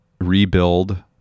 rebuild